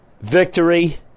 victory